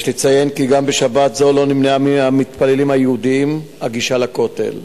יש לציין כי גם בשבת זו לא נמנעה מהמתפללים היהודים הגישה לכותל.